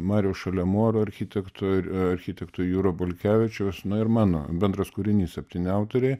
mariaus šalemoro architekto ir architekto jūro baliukevičiaus na ir mano bendras kūrinys septyni autoriai